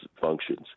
functions